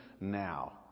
now